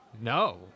No